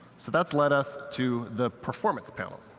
so that's led us to the performance panel.